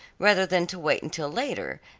rather than to wait until later,